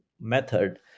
method